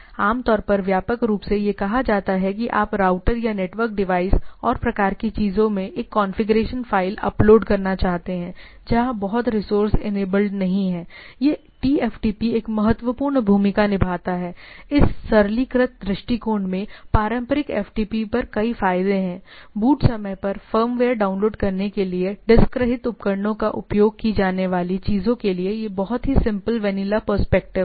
आमतौर पर व्यापक रूप से यह कहा जाता है कि आप राउटर या नेटवर्क डिवाइस और प्रकार की चीजों में एक कॉन्फ़िगरेशन फ़ाइल अपलोड करना चाहते हैं जहां बहुत रिसोर्से इनेबल्ड नहीं हैं यह टीएफटीपी एक महत्वपूर्ण भूमिका निभाता है इस सरलीकृत दृष्टिकोण में पारंपरिक एफ़टीपी पर कई फायदे हैं बूट समय पर फर्मवेयर डाउनलोड करने के लिए डिस्क रहित उपकरणों का उपयोग की जाने वाली चीजों के लिए एक बहुत ही सिंपल वेनिला पर्सपेक्टिव है